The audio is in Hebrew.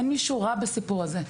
אין מישהו רע בסיפור הזה.